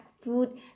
food